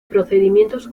procedimientos